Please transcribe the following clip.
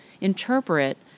interpret